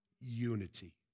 unity